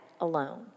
alone